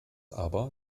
aber